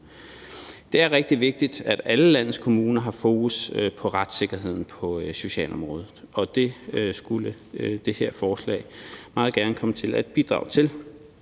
Det er rigtig vigtigt, at alle landets kommuner har fokus på retssikkerheden på socialområdet, og det skulle det her forslag meget gerne komme til at bidrage til.